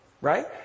right